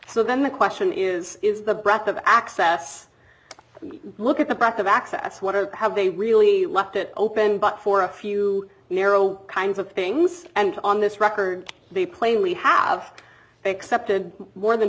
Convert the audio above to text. so then the question is is the breath of access we look at the back of access what or how they really left it open but for a few narrow kinds of things and on this record the plainly have accepted more than